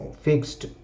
fixed